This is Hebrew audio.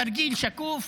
תרגיל שקוף: